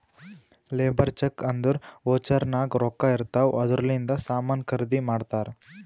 labour cheque ಅಂದುರ್ voucher ನಾಗ್ ರೊಕ್ಕಾ ಇರ್ತಾವ್ ಅದೂರ್ಲಿಂದೆ ಸಾಮಾನ್ ಖರ್ದಿ ಮಾಡ್ತಾರ್